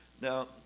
Now